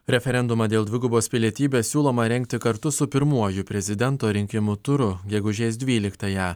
referendumą dėl dvigubos pilietybės siūloma rengti kartu su pirmuoju prezidento rinkimų turu gegužės dvyliktąją